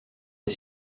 est